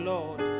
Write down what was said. Lord